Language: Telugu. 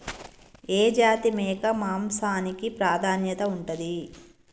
ఏ జాతి మేక మాంసానికి ప్రాధాన్యత ఉంటది?